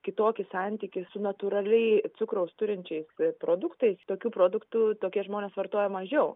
kitokį santykį su natūraliai cukraus turinčiais produktais tokių produktų tokie žmonės vartoja mažiau